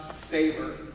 favor